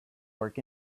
work